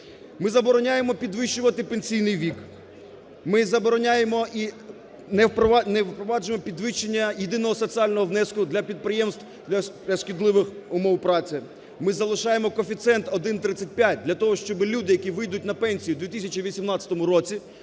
Ми забороняємо підвищувати пенсійний вік, ми забороняємо і не впроваджуємо підвищення єдиного соціального внеску для підприємство, для шкідливих умов праці, ми залишаємо коефіцієнт 1,35 для того, щоби люди, які вийдуть на пенсію в 2018 році,